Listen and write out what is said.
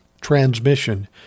transmission